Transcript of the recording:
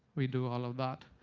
we do all ah that.